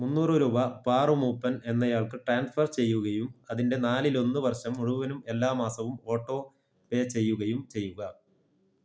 മുന്നൂറ് രൂപ പാറു മൂപ്പൻ എന്നയാൾക്ക് ട്രാൻസ്ഫർ ചെയ്യുകയും അതിൻ്റെ നാലിലൊന്ന് വർഷം മുഴുവനും എല്ലാ മാസവും ഓട്ടോ പേ ചെയ്യുകയും ചെയ്യുക